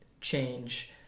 change